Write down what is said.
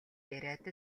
яриад